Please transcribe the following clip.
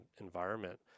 environment